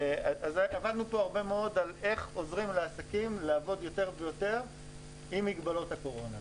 הרבה מאוד עזרה לעסקים לעבוד יותר ויותר עם מגבלות הקורונה.